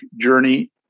Journey